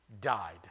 died